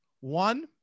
One